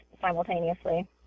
simultaneously